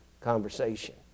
conversation